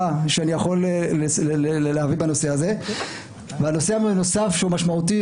הנושא הנוסף שהוא משמעותי,